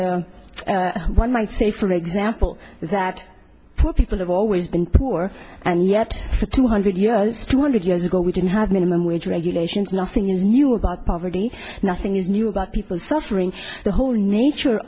might say for example that poor people have always been poor and yet for two hundred years two hundred years ago we didn't have minimum wage regulations nothing is new about poverty nothing is new about people suffering the whole nature